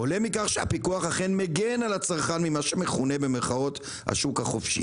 עולה מכך שהפיקוח אכן מגן על הצרכן ממה שמכונה "השוק החופשי".